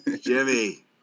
Jimmy